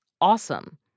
awesome